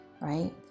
Right